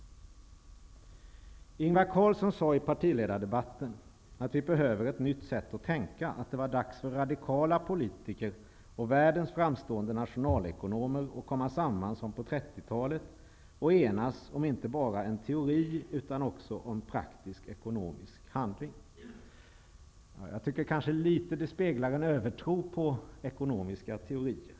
Ingvar Carlsson sade i partiledardebatten att vi behöver ett nytt sätt att tänka och att det är dags för radikala politiker och världens framstående nationalekonomer att komma samman som på 30 talet för att enas inte bara om en teori utan även om praktisk ekonomisk handling. Jag tycker att detta litet grand speglar en övertro på ekonomiska teorier.